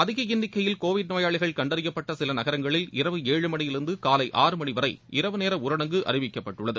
அதிக எண்ணிக்கையில் கோவிட் நோயாளிகள் கண்டறியப்பட்ட சில நகரங்களில் இரவு சுழழ மணியிலிருந்து ஊலை ஆறு மணி வரை இரவு நேர ஊரடங்கு அறிவிக்கப்பட்டுள்ளது